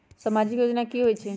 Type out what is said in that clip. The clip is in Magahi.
समाजिक योजना की होई छई?